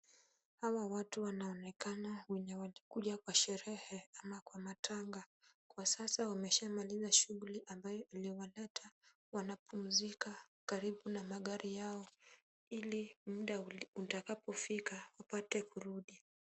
Hawa watu wanaonekana wenye walikuja kwa sherehe ama kwa matanga. Kwa sasa wameshamaliza shughuli ambayo imewaleta. Wanapumzika karibu na magari yao ili muda utakapofika upate kurudi.